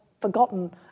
forgotten